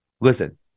listen